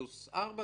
פלוס 4%,